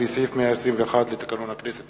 לפי סעיף 121 לתקנון הכנסת.